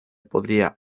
podía